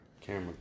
camera